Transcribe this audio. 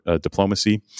diplomacy